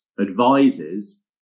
advises